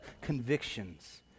convictions